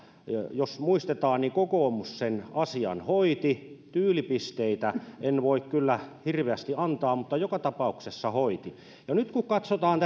jos muistetaan niin kokoomus sen asian hoiti tyylipisteitä en voi kyllä hirveästi antaa mutta joka tapauksessa hoiti no nyt kun katsotaan